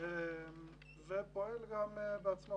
ופועל גם בעצמו,